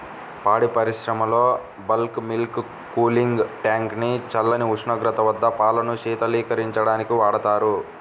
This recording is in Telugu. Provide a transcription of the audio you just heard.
పాడి పరిశ్రమలో బల్క్ మిల్క్ కూలింగ్ ట్యాంక్ ని చల్లని ఉష్ణోగ్రత వద్ద పాలను శీతలీకరించడానికి వాడతారు